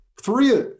Three